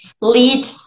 lead